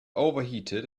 overheated